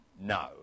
no